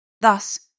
Thus